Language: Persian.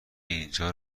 اینجا